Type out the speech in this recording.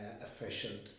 efficient